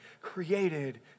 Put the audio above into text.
created